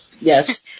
Yes